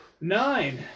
Nine